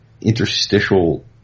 interstitial